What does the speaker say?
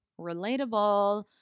Relatable